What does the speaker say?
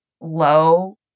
low